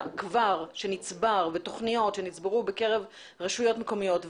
שנצבר ותוכניות שנצברו בקרב רשויות מקומיות,